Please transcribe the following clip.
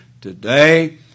today